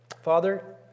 Father